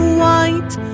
white